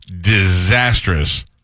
disastrous